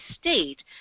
state